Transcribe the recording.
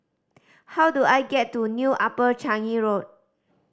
how do I get to New Upper Changi Road